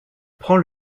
prend